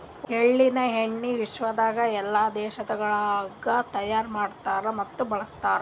ಎಳ್ಳಿನ ಎಣ್ಣಿ ವಿಶ್ವದಾಗ್ ಎಲ್ಲಾ ದೇಶಗೊಳ್ದಾಗ್ ತೈಯಾರ್ ಮಾಡ್ತಾರ್ ಮತ್ತ ಬಳ್ಸತಾರ್